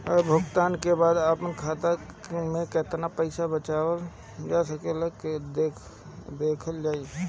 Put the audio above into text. भुगतान के बाद आपन खाता में केतना पैसा बचल ब कइसे देखल जाइ?